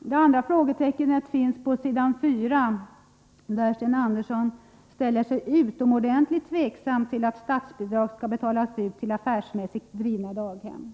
Det andra frågetecknet finns på s. 4 i det tryckta svaret, där Sten Andersson ställer sig utomordentligt tveksam till att statsbidrag skall betalas ut till affärsmässigt drivna daghem.